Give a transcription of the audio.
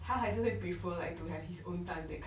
他还是会 prefer like to have his own time that kind